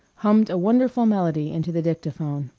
hummed a wonderful melody into the dictaphone.